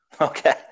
okay